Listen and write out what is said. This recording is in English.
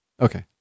Okay